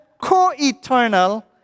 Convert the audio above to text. co-eternal